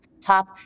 top